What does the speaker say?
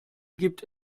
gibt